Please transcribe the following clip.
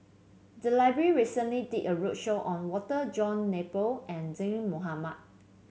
the library recently did a roadshow on Walter John Napier and Zaqy Mohamad